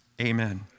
amen